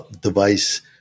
device